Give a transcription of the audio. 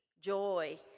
joy